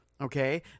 Okay